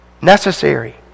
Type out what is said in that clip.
necessary